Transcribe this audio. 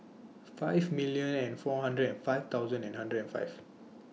five million and four hundred and five thousand and hundred and five